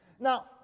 Now